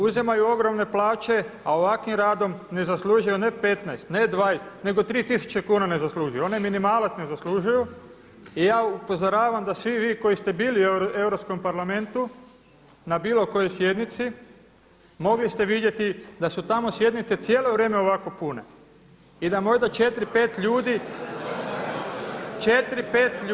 Uzimaju ogromne plaće, a ovakvim radom ne zaslužuju ne 15, ne 20, nego tri tisuće kuna ne zaslužuju, onaj minimalac ne zaslužuju i ja upozoravam da svi vi koji ste bili u Europskom parlamentu na bilo kojoj sjednici, mogli ste vidjeti da su tamo sjednice cijelo vrijeme ovako pune i da možda četiri, pet ljudi izostaje.